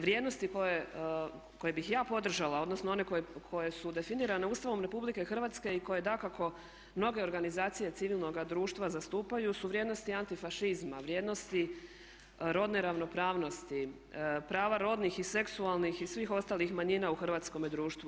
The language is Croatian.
Vrijednosti koje bih ja podržala, odnosno one koje su definirane Ustavom RH i koje dakako mnoge organizacije civilnoga društva zastupaju su vrijednosti antifašizma, vrijednosti rodne ravnopravnosti, prava rodnih i seksualnih i svih ostalih manjina u hrvatskome društvu.